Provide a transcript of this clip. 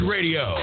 Radio